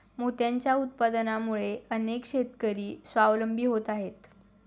मोत्यांच्या उत्पादनामुळे अनेक शेतकरी स्वावलंबी होत आहेत